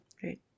Great